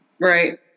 Right